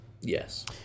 Yes